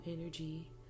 energy